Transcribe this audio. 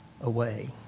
away